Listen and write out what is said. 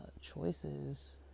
choices